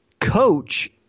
coach